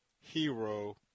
hero